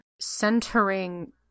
centering